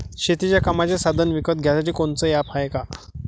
शेतीच्या कामाचे साधनं विकत घ्यासाठी कोनतं ॲप हाये का?